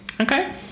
Okay